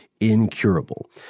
incurable